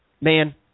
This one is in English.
Man